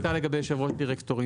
מה ההחלטה לגבי יושב ראש דירקטוריון?